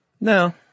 No